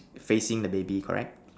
facing the baby correct